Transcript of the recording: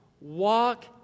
walk